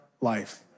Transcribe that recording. life